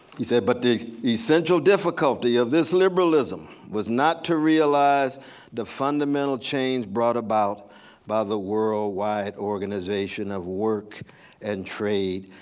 he said but the essential difficulty of this liberalism was not to realize the fundamental change brought about by the worldwide organization of work and trade,